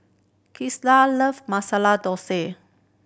love Masala